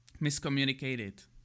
miscommunicated